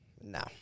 No